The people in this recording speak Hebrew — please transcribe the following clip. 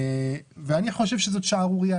אני חושב שזאת שערורייה.